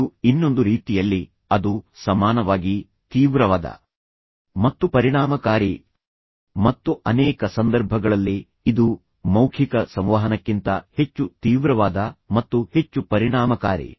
ಇದು ಇನ್ನೊಂದು ರೀತಿಯಲ್ಲಿ ಅದು ಸಮಾನವಾಗಿ ತೀವ್ರವಾದ ಮತ್ತು ಪರಿಣಾಮಕಾರಿ ಮತ್ತು ಅನೇಕ ಸಂದರ್ಭಗಳಲ್ಲಿ ಇದು ಮೌಖಿಕ ಸಂವಹನಕ್ಕಿಂತ ಹೆಚ್ಚು ತೀವ್ರವಾದ ಮತ್ತು ಹೆಚ್ಚು ಪರಿಣಾಮಕಾರಿ